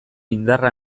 indarra